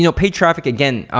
you know paid traffic again,